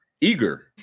Eager